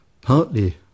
partly